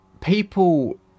people